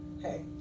hey